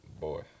Boy